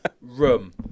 room